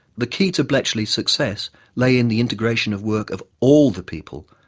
the key to bletchley's success lay in the integration of work of all the people,